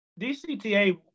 DCTA